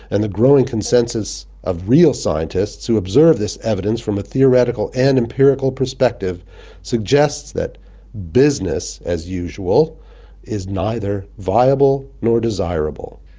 and the growing consensus of scientists who observe this evidence from a theoretical and empirical perspective suggests that business as usual is neither viable nor desirable.